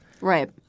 right